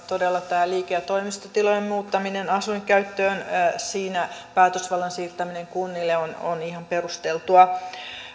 todella tässä liike ja toimistotilojen muuttamisessa asuinkäyttöön päätösvallan siirtäminen kunnille on on ihan perusteltua